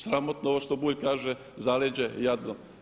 Sramotno ovo što Bulj kaže zaleđe jadno.